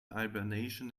hibernation